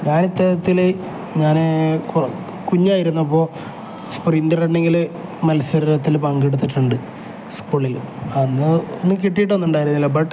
ഞാൻ ഈ തരത്തിൽ ഞാൻ കുഞ്ഞായിരുന്നു അപ്പോൾ സ്പ്രിൻർ റണ്ണിങ്ങിൽ മത്സരത്തിൽ പങ്കെടുത്തിട്ടുണ്ട് സ്കൂളിൽ അന്ന് ഒന്ന് കിട്ടിയിട്ടൊന്നും ഉണ്ടായിരുന്നില്ല ബട്ട്